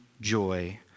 joy